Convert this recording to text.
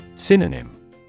Synonym